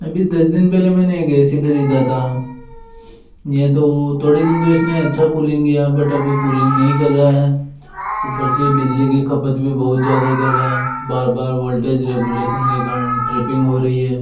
अभी दस दिन पहले मैंने एक ए सी खरीदा था या तो वो थोड़े दिन तो इसने अच्छा कूलिंग दिया बट अभी कूलिंग नहीं कर रहा है ऊपर से बिजली की खपत भी बहुत ज़्यादा कर रहा है बार बार वोल्टेज रेगुलेशन के कारण ट्रिपिंग हो रही है